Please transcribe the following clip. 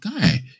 guy